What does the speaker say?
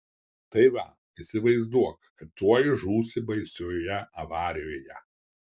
tai va įsivaizduok kad tuoj žūsi baisioje avarijoje